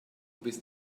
bist